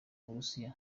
uburusiya